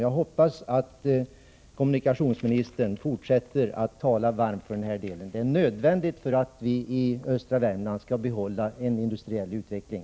Jag hoppas att kommunikationsministern fortsätter att tala varmt för den här bandelen. Den är nämligen nödvändig för att vi i östra Värmland skall behålla vår industriella utveckling.